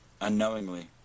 Unknowingly